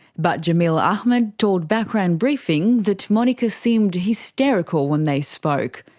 but jameel ahmed told background briefing that monika seemed hysterical when they spoke.